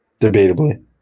debatably